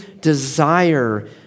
desire